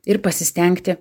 ir pasistengti